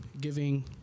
giving